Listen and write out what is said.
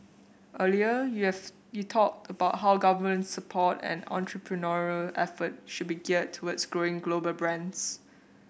earlier you have you talked about how government support and entrepreneurial effort should be geared towards growing global brands